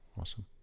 Awesome